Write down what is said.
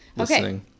Okay